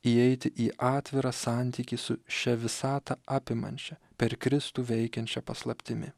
įeiti į atvirą santykį su šia visatą apimančia per kristų veikiančia paslaptimi